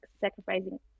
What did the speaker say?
sacrificing